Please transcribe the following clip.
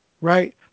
right